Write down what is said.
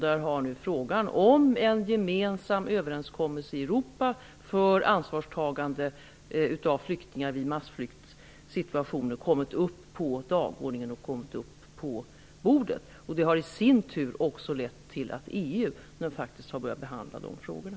Där har nu frågan om en gemensam överenskommelse i Europa för ansvarstagande för flyktingar vid massflyktssituationer kommit upp på dagordningen, och det har i sin tur lett till att EU har börjat behandla de frågorna.